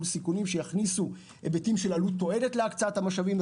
סיכונים שיכניסו היבטים של עלות-תועלת להקצאת המשאבים.